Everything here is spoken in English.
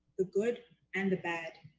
the good and the bad.